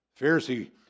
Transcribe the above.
Pharisee